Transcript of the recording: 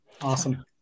Awesome